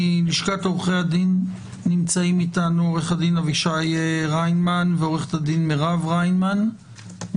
מלשכת עורכי הדין נמצאים איתנו עו"ד אבישי ריינמן ועו"ד מירב ריינמן,